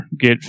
get